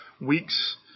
weeks